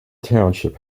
township